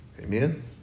Amen